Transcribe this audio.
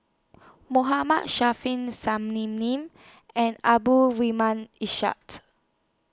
Mohammad and Ishak